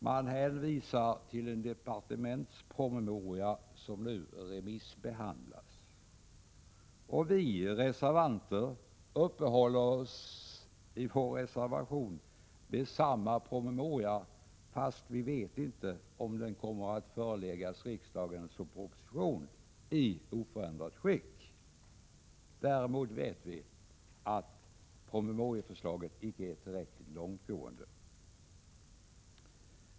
Man hänvisar till en departementspromemoria som nu remissbehandlas. Vi reservanter uppehåller oss i vår reservation vid samma promemoria trots att vi inte vet om den kommer att föreläggas riksdagen som proposition i oförändrat skick. Däremot vet vi att promemorieförslaget inte är tillräckligt långtgående.